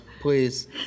Please